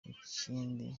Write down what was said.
ikindi